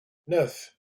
neuf